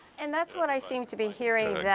and that's what i seem to be hearing. yeah